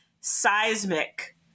seismic